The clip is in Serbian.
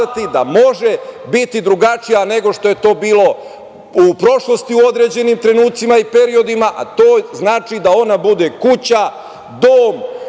da može biti drugačija nego što je to bilo u prošlosti u određenim trenucima i periodima, a to znači da ona bude kuća, dom